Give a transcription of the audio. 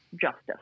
justice